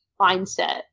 mindset